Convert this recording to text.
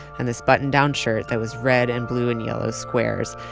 and this button down shirt that was red and blue and yellow squares.